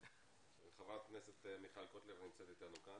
את חברת הכנסת מיכל קוטלר שנמצאת אתנו כאן.